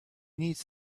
needs